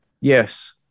Yes